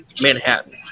Manhattan